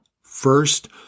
First